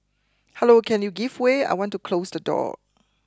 hello can you give way I want to close the door